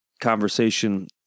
conversation